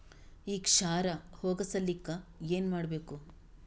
ಈ ಕ್ಷಾರ ಹೋಗಸಲಿಕ್ಕ ಏನ ಮಾಡಬೇಕು?